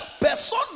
personne